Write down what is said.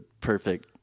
perfect